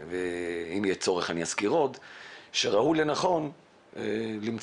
ואם יהיה צורך אזכיר שראוי לנכון למצוא